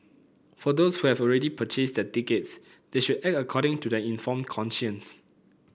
for those who have already purchased their tickets they should act according to their informed conscience